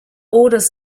orders